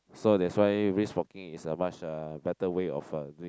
so that's why brisk walking is a much uh better way of a doing